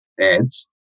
ads